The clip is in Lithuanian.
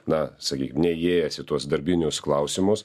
na sakyk neįėjęs į tuos darbinius klausimus